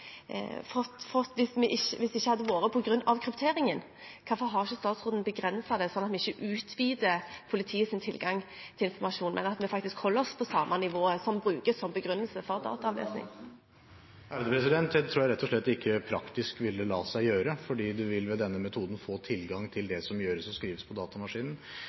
fått hvis det ikke hadde vært for krypteringen? Hvorfor har ikke statsråden begrenset det slik at vi ikke utvider politiets tilgang til informasjon, og at vi faktisk holder oss på det samme nivået som brukes som begrunnelse … Det tror jeg rett og slett rent praktisk ikke ville la seg gjøre, fordi en med denne metoden vil få tilgang til det som gjøres og skrives på datamaskinen.